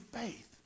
faith